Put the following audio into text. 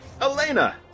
Elena